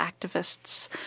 activists